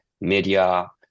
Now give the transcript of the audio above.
media